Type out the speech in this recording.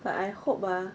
but I hope ah